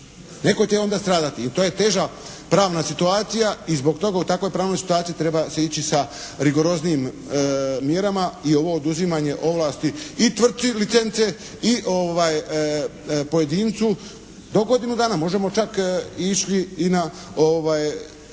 Netko će onda stradati i to je teža pravna situacija i zbog toga u takvoj pravnoj situaciji treba se ići sa rigoroznijim mjerama i ovo oduzimanje ovlasti i tvrtci licence i pojedincu do godinu dana, možemo čak ići i na